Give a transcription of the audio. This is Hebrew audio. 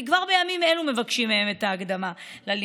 כי כבר בימים אלו מבקשים מהם את ההקדמה ללימודים.